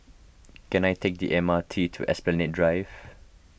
can I take the M R T to Esplanade Drive